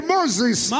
Moses